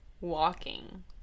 walking